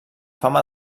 fama